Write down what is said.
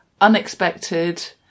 unexpected